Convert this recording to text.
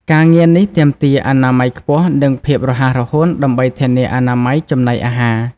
ការងារ នេះទាមទារអនាម័យខ្ពស់ និងភាពរហ័សរហួនដើម្បីធានាអនាម័យចំណីអាហារ។